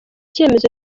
cyemezo